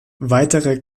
weitere